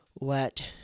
let